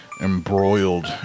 embroiled